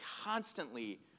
constantly